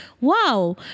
wow